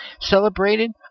celebrated